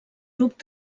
grup